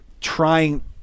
trying